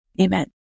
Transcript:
amen